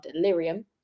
delirium